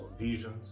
visions